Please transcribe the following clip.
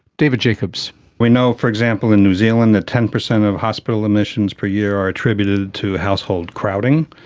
david jacobs we know, for example, in new zealand that ten percent of hospital admissions per year are attributed to household crowding.